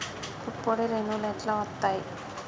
పుప్పొడి రేణువులు ఎట్లా వత్తయ్?